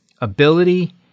ability